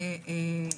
הוכחה.